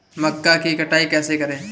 मक्का की कटाई कैसे करें?